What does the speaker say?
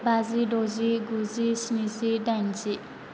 बाजि दजि गुजि स्निजि दाइनजि